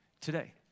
today